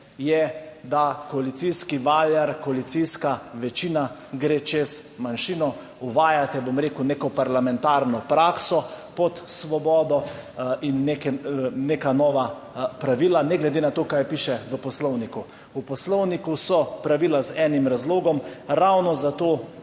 je, da koalicijski valjar, koalicijska večina gre čez manjšino, uvajate, bom rekel, neko parlamentarno prakso pod Svobodo in neka nova pravila **40. TRAK (VI) 13.15** (Nadaljevanje) ne glede na to, kaj piše v Poslovniku. V Poslovniku so pravila z enim razlogom ravno za